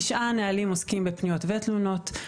תשעה נהלים עוסקים בפניות ותלונות,